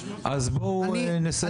בואו נסיים בבקשה.